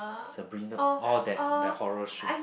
Sabrina orh that that horror show